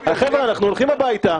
אנחנו הולכים הביתה.